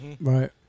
Right